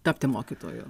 tapti mokytoju